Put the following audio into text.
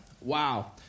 Wow